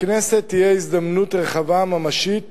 לכנסת תהיה הזדמנות רחבה, ממשית